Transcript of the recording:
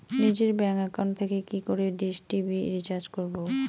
নিজের bank account থেকে কি করে ডিশ টি.ভি রিচার্জ করবো?